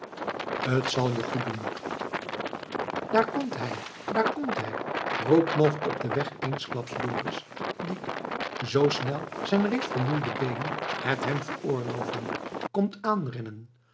t zal je goed doen daar komt hij daar komt hij roept nog op den weg eensklaps dorus die zoo snel zijn reeds vermoeide beenen het hem veroorloven komt